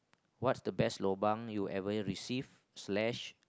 what's the best lobang you ever yet received slash